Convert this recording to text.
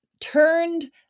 turned